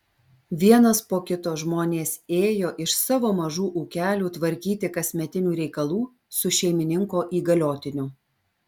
vienas po kito žmonės ėjo iš savo mažų ūkelių tvarkyti kasmetinių reikalų su šeimininko įgaliotiniu